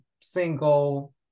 single